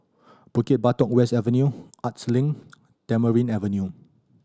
Bukit Batok West Avenue Arts Link Tamarind Avenue